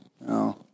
No